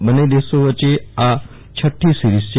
બને દેશો વચ્ચે આ છઠા સીરીઝ છે